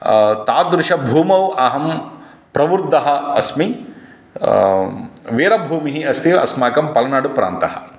तादृश भूमौ अहं प्रवृद्धः अस्मि वीरभूमिः अस्य अस्माकं पल्नाडुप्रान्तः